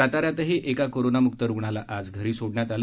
साताऱ्यातही एका कोरोनामुक्त रुग्णाला आज घरी सोडण्यात आलं